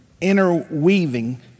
interweaving